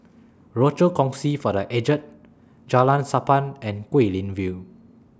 Rochor Kongsi For The Aged Jalan Sappan and Guilin View